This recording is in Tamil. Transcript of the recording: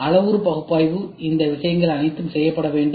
அளவுரு பகுப்பாய்வு இந்த விஷயங்கள் அனைத்தும் செய்யப்பட வேண்டும்